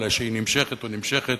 אלא היא נמשכת ונמשכת,